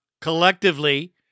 collectively